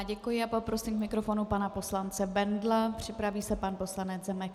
Děkuji a poprosím k mikrofonu pana poslance Bendla, připraví se pan poslanec Zemek.